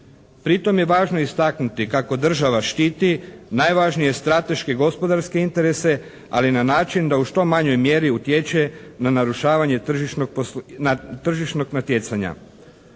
Pri tome je važno istaknuti kako država štiti najvažnije strateške gospodarske interese, ali na način da u što manjoj mjeri utječe na narušavanje tržišnog natjecanja.